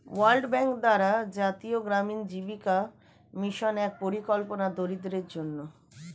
world bank দ্বারা জাতীয় গ্রামীণ জীবিকা মিশন এক পরিকল্পনা দরিদ্রদের জন্যে